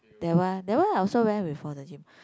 that one that one I also went before the gym